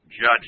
judge